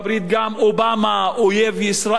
גם אובמה "אויב ישראל",